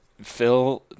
Phil